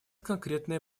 конкретное